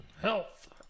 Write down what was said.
Health